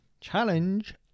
Challenge